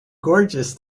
gorgeous